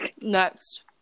Next